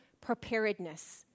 preparedness